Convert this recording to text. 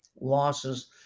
losses